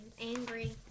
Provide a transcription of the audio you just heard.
Angry